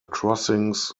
crossings